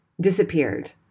disappeared